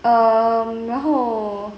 um 然后